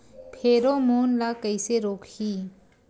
Pheromone ला कइसे रोकही?